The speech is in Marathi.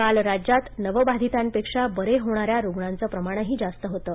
काल राज्यात नवबाधीतांपेक्षा बरे होणाऱ्या रूग्णांचं प्रमाणही जास्त होतं